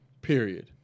period